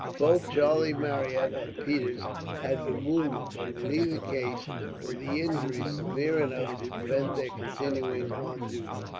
both charlie marryat and peters had been wounded, but in neither case were the injuries severe enough to prevent their continuing on duty.